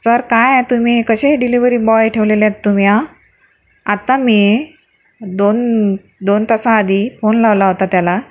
sir काय हे तुमी कसे हे डिलेव्हरी बॉय ठेवलेले आहेत तुम्ही आ आत्ता मी दोन दोन तासाआधी फोन लावला होता त्याला